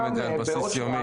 זה קיים,